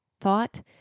thought